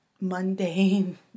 mundane